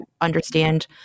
understand